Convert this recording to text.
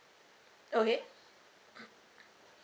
okay